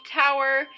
Tower